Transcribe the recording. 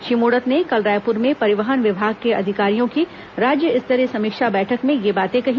श्री मूणत ने कल रायपुर में परिवहन विभाग के अधिकारियों की राज्य स्तरीय समीक्षा बैठक में ये बातें कहीं